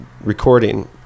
recording